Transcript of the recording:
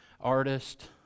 artist